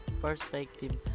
perspective